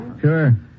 Sure